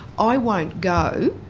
i won't go,